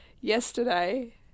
yesterday